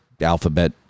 alphabet